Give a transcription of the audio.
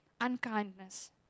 unkindness